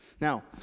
Now